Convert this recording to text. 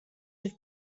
have